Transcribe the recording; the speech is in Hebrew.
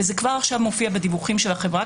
וזה כבר עכשיו מופיע בדיווחים של החברה,